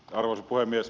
arvoisa puhemies